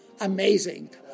amazing